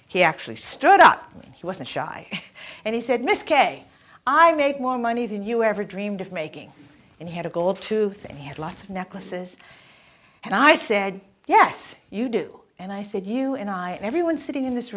he actually stood up and he wasn't shy and he said miss k i make more money than you ever dreamed of making and he had a goal to think he had lost necklaces and i said yes you do and i said you and i and everyone sitting in this